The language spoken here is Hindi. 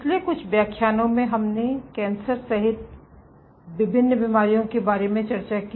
पिछले कुछ व्याख्यानों में हमने कैंसर सहित विभिन्न बीमारियों के बारे में चर्चा की